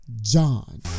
John